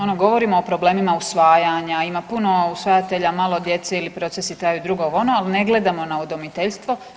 Ono govorimo o problemima usvajanja, ima puno usvajatelja, malo djece ili procesi traju i drugo, ovo, ono ali ne gledamo na udomiteljstvo.